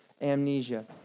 amnesia